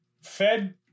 fed